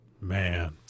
Man